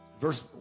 Verse